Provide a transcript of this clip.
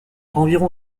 environ